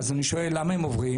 אז אני שואל: למה הם עוברים?